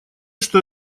что